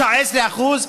19%?